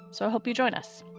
so hope you join us.